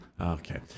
Okay